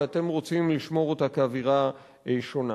שאתם רוצים לשמור אותה כאווירה שונה.